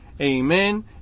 Amen